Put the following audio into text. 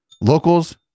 locals